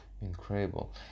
incredible